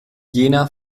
jena